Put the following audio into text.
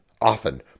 often